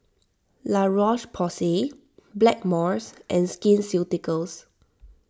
La Roche Porsay Blackmores and Skin Ceuticals